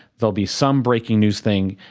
there'll be some breaking news thing,